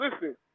listen